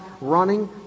running